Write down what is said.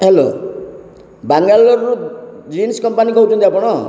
hello ବାଙ୍ଗାଲୋରରୁ jeans company କହୁଛନ୍ତି ଆପଣ